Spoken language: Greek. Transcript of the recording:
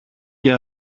και